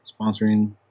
sponsoring